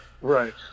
right